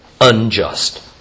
unjust